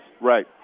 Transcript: Right